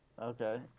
okay